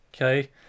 Okay